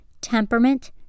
temperament